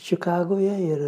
čikagoje ir